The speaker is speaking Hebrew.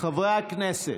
חברי הכנסת,